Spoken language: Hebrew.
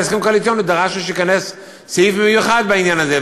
אנחנו בהסכם הקואליציוני דרשנו שייכנס סעיף מיוחד בעניין הזה,